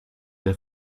der